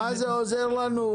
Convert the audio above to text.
מה זה עוזר לנו?